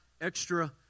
extra